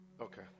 Okay